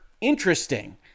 interesting